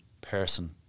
person